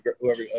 whoever